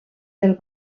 del